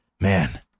man